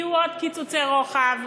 יהיו עוד קיצוצי רוחב.